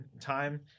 time